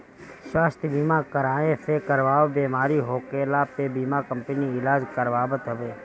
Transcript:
स्वास्थ्य बीमा कराए से कवनो बेमारी होखला पे बीमा कंपनी इलाज करावत हवे